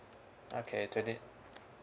okay twenty